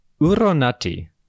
Uronati